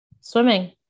Swimming